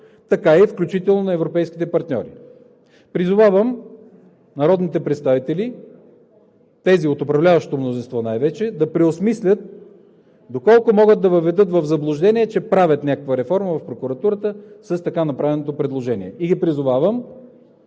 така и на европейските партньори. Призовавам народните представители – тези от управляващото мнозинство най-вече, да преосмислят доколко могат да въведат в заблуждение, че правят някаква реформа в Прокуратурата с така направеното предложение. Призовавам